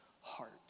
heart